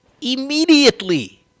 Immediately